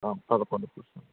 పదకొండు పోర్షన్లు